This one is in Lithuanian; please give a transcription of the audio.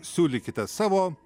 siūlykite savo